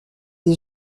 les